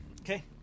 Okay